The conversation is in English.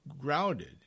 grounded